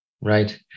Right